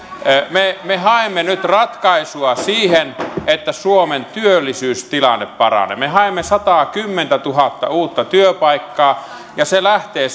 me me haemme nyt ratkaisua siihen että suomen työllisyystilanne paranee me haemme sataakymmentätuhatta uutta työpaikkaa ja se lähtee